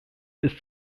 ist